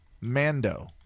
Mando